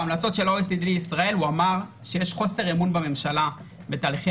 בהמלצות של ה-OECD ישראל הוא אמר שיש חוסר אמון בממשלה בתהליכי